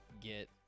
get